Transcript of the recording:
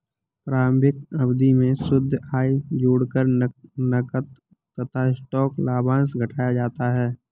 प्रारंभिक अवधि में शुद्ध आय जोड़कर नकद तथा स्टॉक लाभांश घटाया जाता है